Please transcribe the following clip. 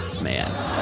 Man